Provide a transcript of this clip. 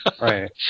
Right